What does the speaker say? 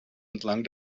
entlang